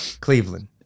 Cleveland